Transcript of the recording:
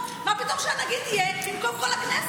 אני אתן לך דוגמה: